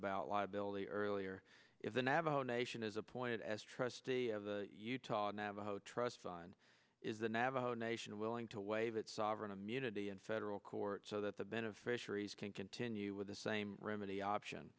about liability earlier if the navajo nation is appointed as trustee of the utah navajo trust fund is the navajo nation willing to waive its sovereign unity in federal court so that the beneficiaries can continue with the same remedy option